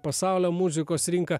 pasaulio muzikos rinką